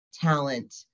talent